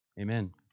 amen